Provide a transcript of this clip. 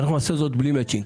אנחנו נעשה זאת בלי מצ'ינג,